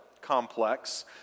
complex